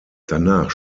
danach